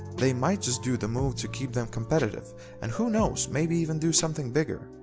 they might just do the move to keep them competitive and who knows maybe even do something bigger.